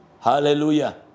hallelujah